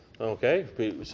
Okay